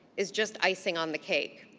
is just icing on the cake.